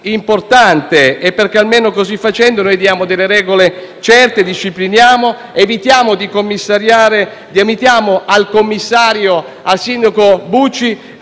importante, è perché, così facendo, diamo almeno delle regole certe, discipliniamo, evitando al commissario, al sindaco Bucci,